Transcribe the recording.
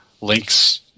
links